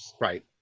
Right